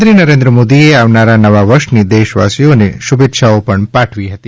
પ્રધાનમંત્રી નરેન્દ્ર મોદીએ આવનારા નવા વર્ષની દેશવાસીઓને શુભેચ્છા પાઠવી છે